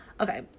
okay